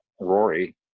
Rory